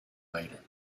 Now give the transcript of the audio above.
later